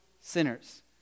sinners